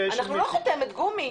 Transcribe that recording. קרן, אנחנו לא חותמת גומי.